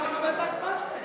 לקבל את ההצבעה שלהם.